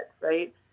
right